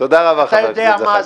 תודה רבה, חבר הכנסת זחאלקה.